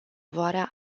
favoarea